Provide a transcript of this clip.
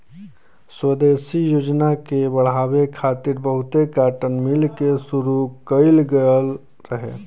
स्वदेशी योजना के बढ़ावे खातिर बहुते काटन मिल के शुरू कइल गइल रहे